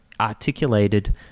articulated